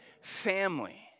family